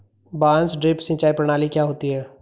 बांस ड्रिप सिंचाई प्रणाली क्या होती है?